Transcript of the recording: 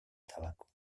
tabaco